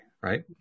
right